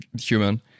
human